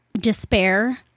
despair